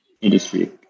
industry